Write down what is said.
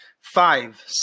Five